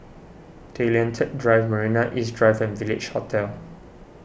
Tay Lian Teck Drive Marina East Drive and Village Hotel